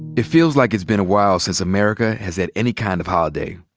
it feels like it's been a while since america has had any kind of holiday.